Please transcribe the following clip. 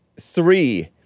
three